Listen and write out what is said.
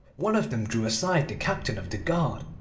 one of them drew aside the captain of the guard,